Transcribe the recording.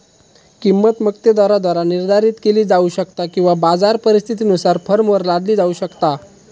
किंमत मक्तेदाराद्वारा निर्धारित केली जाऊ शकता किंवा बाजार परिस्थितीनुसार फर्मवर लादली जाऊ शकता